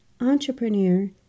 entrepreneur